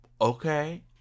Okay